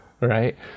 Right